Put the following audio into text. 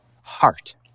heart